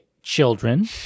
children